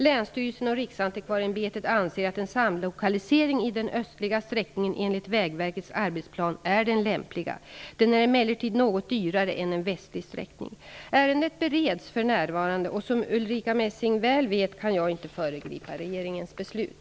Länsstyrelsen och Riksantikvarieämbetet anser att en samlokalisering i den östliga sträckningen enligt Vägverkets arbetsplan är den lämpliga. Den är emellertid något dyrare än en västlig sträckning. Ärendet bereds för närvarande, och som Ulrica Messing väl vet kan jag inte föregripa regeringens beslut.